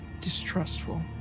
distrustful